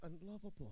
unlovable